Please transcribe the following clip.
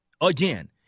again